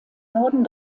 norden